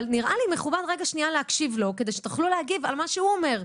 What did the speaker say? נראה לי מכובד להקשיב לו כדי שתוכלו להגיב על מה שהוא אומר,